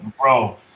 bro